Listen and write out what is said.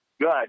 Good